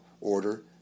order